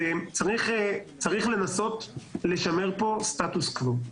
צריך לנסות לשמר סטטוס קוו.